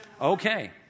Okay